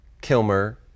Kilmer